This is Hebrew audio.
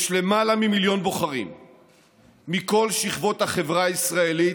יש למעלה ממיליון בוחרים מכל שכבות החברה הישראלית,